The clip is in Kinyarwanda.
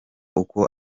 uko